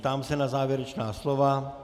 Ptám se na závěrečná slova.